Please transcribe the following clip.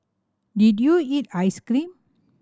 did you eat ice cream